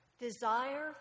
desire